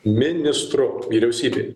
ministru vyriausybėj